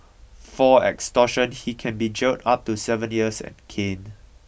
for extortion he can be jailed up to seven years and caned